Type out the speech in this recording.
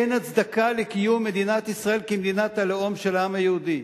אין הצדקה לקיום מדינת ישראל כמדינת הלאום של העם היהודי.